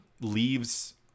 leaves